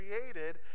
created